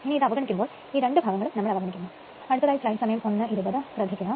ഇനി അവസാനിക്കുമ്പോൾ ഈ രണ്ടു ഭാഗങ്ങളും അവഗണിക്കപ്പെട്ടിരിക്കുന്നു